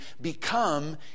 become